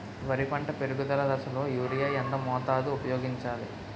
వరి పంట పెరుగుదల దశలో యూరియా ఎంత మోతాదు ఊపయోగించాలి?